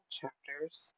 chapters